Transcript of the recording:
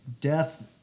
Death